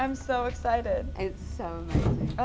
um so excited. it's so amazing.